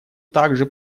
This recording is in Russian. также